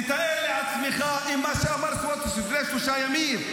תתאר לעצמך אם מה שאמר לפני שלושה ימים,